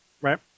Right